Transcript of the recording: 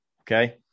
Okay